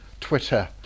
Twitter